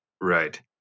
Right